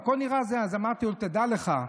אמרתי לו: תדע לך,